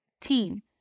Teen